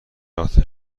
آتش